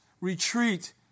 retreat